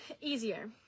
easier